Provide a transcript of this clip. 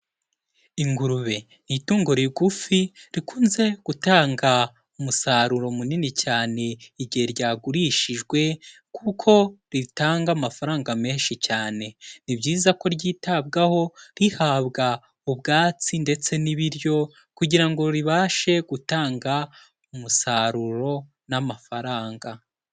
Ingurube ni itungo rigufi rikunze gutanga umusaruro munini cyane igihe ryagurishijwe kuko ritanga amafaranga menshi cyane, ni byiza ko ryitabwaho rihabwa ubwatsi ndetse n'ibiryo kugira ngo ribashe gutanga umusaruro n'amafaranga.